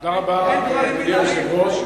תודה רבה, אדוני היושב-ראש.